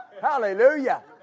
Hallelujah